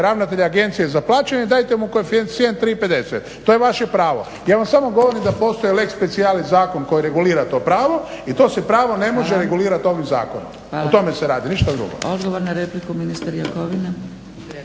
ravnatelja Agencije za plaćanje, dajte mu koeficijent 3.50, to je vaše pravo. Ja vam samo govorim da postoji lex specialis zakon koji regulira to pravo i to se pravo ne može regulirat ovim zakonom. O tome se radi, ništa drugo.